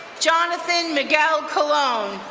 jonathan miguel colon,